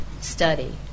study